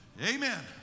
Amen